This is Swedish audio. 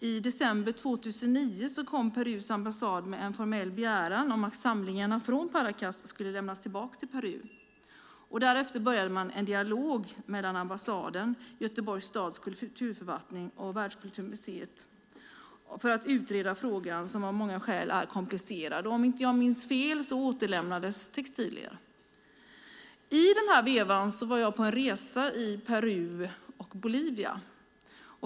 I december 2009 kom Perus ambassad med en formell begäran om att samlingarna från Paracas skulle lämnas tillbaka till Peru. Därefter började en dialog mellan ambassaden, Göteborgs stads kulturförvaltning och Världskulturmuseet för att utreda frågan som av många skäl är komplicerad. Om jag inte minns fel återlämnades textilier. I den här vevan var jag på en resa i Peru och Bolivia.